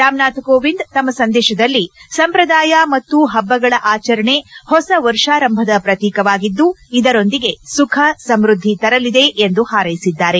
ರಾಮ್ನಾಥ್ ಕೋವಿಂದ್ ತಮ್ಮ ಸಂದೇಶದಲ್ಲಿ ಸಂಪ್ರದಾಯ ಮತ್ತು ಪಬ್ಬಗಳ ಆಚರಣೆ ಹೊಸ ವರ್ಷಾರಂಭದ ಪ್ರತೀಕವಾಗಿದ್ದು ಇದರೊಂದಿಗೆ ಸುಖ ಸಮ್ಯದ್ಧಿ ತರಲಿದೆ ಎಂದು ಹಾರ್ಕೆಸಿದ್ದಾರೆ